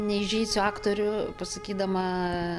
neįžeisiu aktorių pasakydama